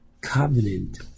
covenant